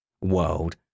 world